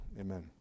Amen